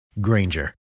Granger